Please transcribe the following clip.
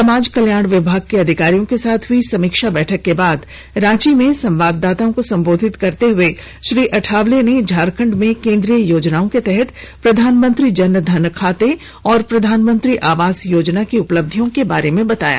समाज कल्याण विभाग के अधिकारियों के साथ हुई समीक्षा बैठक के बाद रांची में संवाददाताओं को सम्बोधित करते हुए श्री अठावले ने झारखंड में केन्द्रीय योजनाओं के तहत प्रधानमंत्री जनधन खाते और प्रधानमंत्री आवास योजना की उपलब्धियों के बारे में बताया